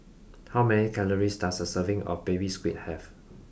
how many calories does a serving of baby squid have